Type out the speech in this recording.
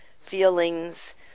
feelings